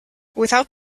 without